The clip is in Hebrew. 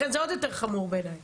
לכן זה עוד יותר חמור בעיניי.